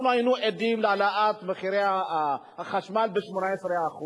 אנחנו היינו עדים להעלאת מחירי החשמל ב-18%.